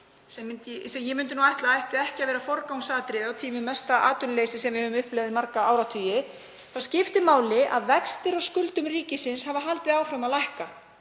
sem ég myndi ætla að ætti ekki að vera forgangsatriði á tímum mesta atvinnuleysis sem við höfum upplifað í marga áratugi, þá skiptir máli að vextir á skuldum ríkisins hafa haldið áfram að lækka.